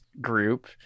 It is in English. group